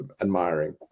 admiring